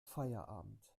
feierabend